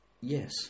Yes